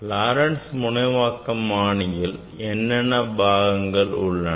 Laurent's முனைவாக்கமாணில் என்னென்ன பாகங்கள் உள்ளன